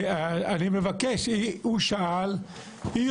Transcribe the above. הוא שאל והיא